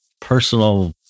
personal